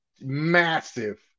massive